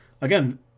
again